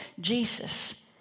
Jesus